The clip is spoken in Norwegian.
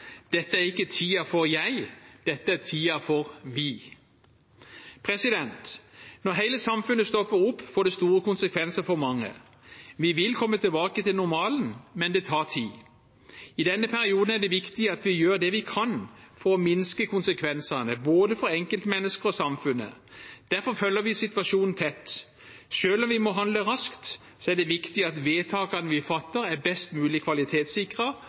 Dette er ikke tiden for «jeg» – dette er tiden for «vi». Når hele samfunnet stopper opp, får det store konsekvenser for mange. Vi vil komme tilbake til normalen, men det tar tid. I denne perioden er det viktig at vi gjør det vi kan for å minske konsekvensene, både for enkeltmennesker og for samfunnet. Derfor følger vi situasjonen tett. Selv om vi må handle raskt, er det viktig at vedtakene vi fatter, er best mulig